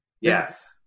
Yes